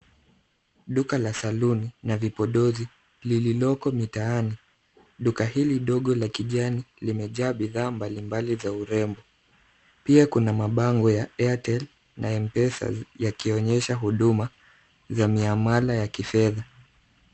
Duka la saluni na vipodozi lililoko mitaani. Duka hili dogo la kijani limejaa bidhaa mbalimbali za urembo. Pia kuna mabango ya Airtel na M-Pesa yakionyesha huduma za miamala ya kifedha.